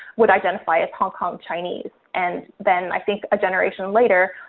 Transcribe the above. would identify as hong kong chinese. and then i think a generation later,